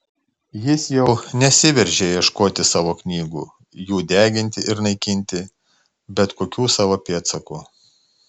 jis jau nesiveržė ieškoti savo knygų jų deginti ir naikinti bet kokių savo pėdsakų